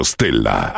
Stella